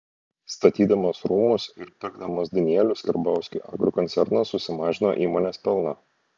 statydamas rūmus ir pirkdamas danielius karbauskiui agrokoncernas susimažino įmonės pelną